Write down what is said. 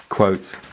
Quote